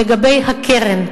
לגבי הקרן.